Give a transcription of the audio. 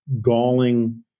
galling